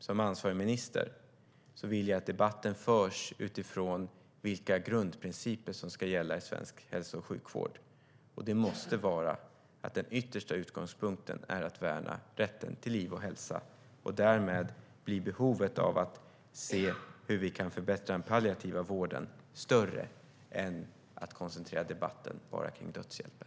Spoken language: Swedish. Som ansvarig minister vill jag att debatten förs utifrån vilka grundprinciper som ska gälla i svensk hälso och sjukvård, och det måste vara att den yttersta utgångspunkten är att värna rätten till liv och hälsa. Därmed blir behovet av att se hur vi kan förbättra den palliativa vården större än att koncentrera debatten bara till dödshjälpen.